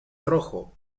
rojo